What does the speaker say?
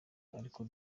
ariko